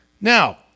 Now